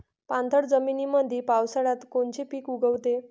पाणथळ जमीनीमंदी पावसाळ्यात कोनचे पिक उगवते?